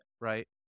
right